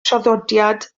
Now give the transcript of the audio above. traddodiad